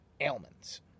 ailments